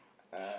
uh